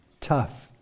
Tough